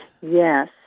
Yes